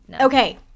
Okay